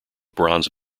bronze